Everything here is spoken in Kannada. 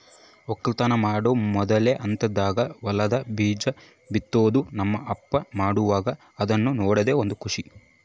ವಕ್ಕಲತನ ಮಾಡೊ ಮೊದ್ಲನೇ ಹಂತದಾಗ ಹೊಲದಾಗ ಬೀಜ ಬಿತ್ತುದು ನನ್ನ ಅಪ್ಪ ಮಾಡುವಾಗ ಅದ್ನ ನೋಡದೇ ಒಂದು ಖುಷಿ